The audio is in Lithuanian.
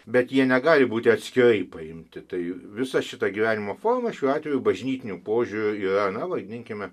bet jie negali būti atskirai paimti tai visa šita gyvenimo forma šiuo atveju bažnytiniu požiūriu yra na vadinkime